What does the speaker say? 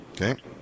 Okay